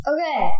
Okay